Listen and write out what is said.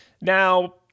now